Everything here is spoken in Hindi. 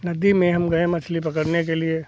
नदी में हम गए मछली पकड़ने के लिए